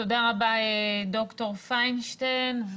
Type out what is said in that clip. תודה רבה, ד"ר פיינשטיין.